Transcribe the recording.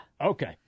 Okay